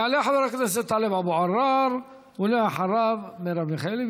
יעלה חבר הכנסת טלב אבו עראר, ואחריו, מרב מיכאלי.